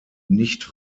nicht